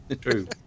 True